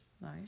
right